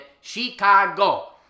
chicago